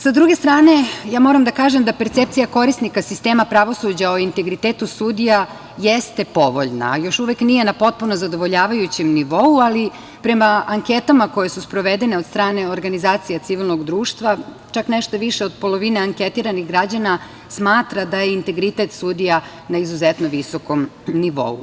Sa druge strane, moram da kažem da percepcija korisnika sistema pravosuđa o integritetu sudija jeste povoljna ali još uvek nije na potpuno zadovoljavajućem nivou, ali prema anketama koje su sprovedene od strane organizacije civilnog društva, čak nešto više od polovine anketiranih građana smatra da je integritet sudija na izuzetno visokom nivou.